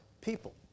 people